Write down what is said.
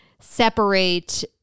separate